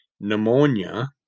pneumonia